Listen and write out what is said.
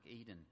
Eden